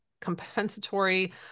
compensatory